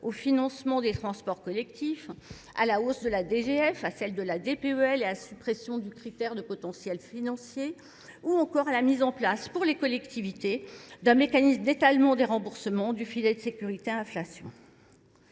au financement des transports collectifs, à la hausse de la DGF, à celle de la DPEL et à suppression du critère de potentiel financier, ou encore à la mise en place pour les collectivités d'un mécanisme d'étalement des remboursements du filet de sécurité à inflation.